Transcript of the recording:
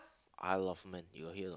aisle of men you got hear